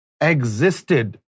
existed